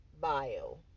bio